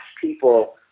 people